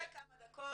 אפשר ככה לנהל דיון.